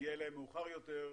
נגיע אליהם מאוחר יותר.